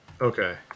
Okay